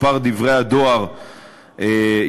מספר דברי הדואר ירד,